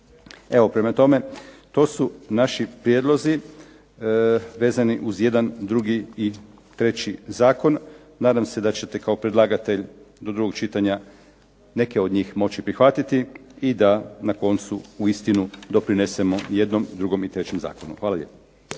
Evo, prema tome, to su naši prijedlozi vezani uz jedan, drugi i treći zakon. Nadam se da ćete kao predlagatelj do drugog čitanja neke od njih moći prihvatiti i da na koncu uistinu da doprinesemo i jednom i drugom i trećem zakonu. Hvala lijepo.